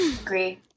agree